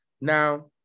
Now